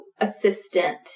assistant